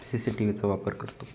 C C T वीचा वापर करतो